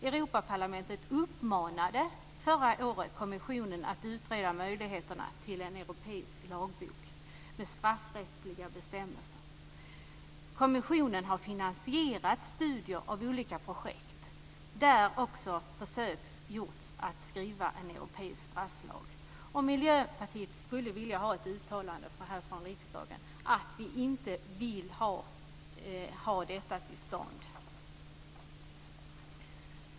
Europaparlamentet uppmanade förra året kommissionen att utreda möjligheterna till en europeisk lagbok med straffrättsliga bestämmelser. Kommissionen har finansierat studier av olika projekt, där också försök har gjorts att skriva en europeisk strafflag. Miljöpartiet skulle vilja ha ett uttalande från riksdagen som säger att vi inte vill att detta kommer till stånd.